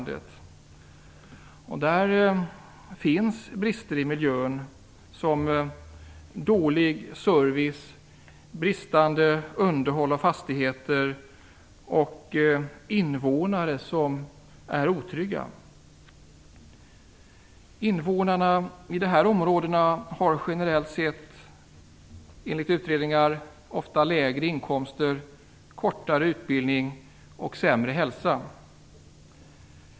Där finns brister i miljön, som dålig service, bristande underhåll av fastigheter och otrygga invånare. Invånarna i dessa områden har enligt utredningar generellt sett ofta lägre inkomster, kortare utbildning och sämre hälsa.